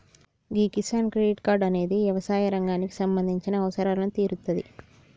గీ Kisan credit card అనేది యవసాయ రంగానికి సంబంధించిన అవసరాలు తీరుత్తాది